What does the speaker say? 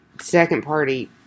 second-party